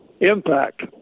impact